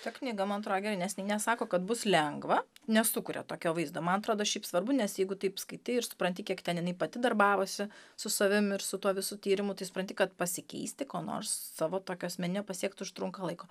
ta knyga man atrodė grynesnė nesako kad bus lengva nesukuria tokio vaizdo man atrodo šiaip svarbu nes jeigu taip skaitai ir supranti kiek ten jinai pati darbavosi su savim ir su tuo visu tyrimu tai supranti kad pasikeisti ko nors savo tokiu asmeniniu pasiekt užtrunka laiko